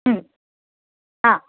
ह